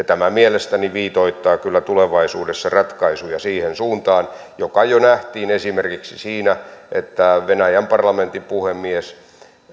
tämä mielestäni viitoittaa kyllä tulevaisuudessa ratkaisuja siihen suuntaan joka jo nähtiin esimerkiksi siinä että venäjän parlamentin puhemies